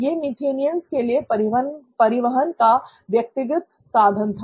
यह मीथेनियंस के लिए परिवहन का व्यक्तिगत साधन था